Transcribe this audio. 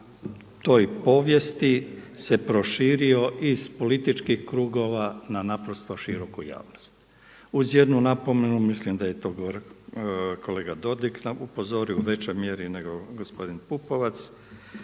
toj povijesti se proširio iz političkih krugova na naprosto široku javnost uz jednu napomenu, mislim da je to kolega Dodig upozorio u većoj mjeri nego gospodin Pupovac.